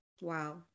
wow